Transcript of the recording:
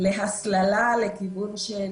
להסללה לכיוון של